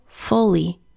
Fully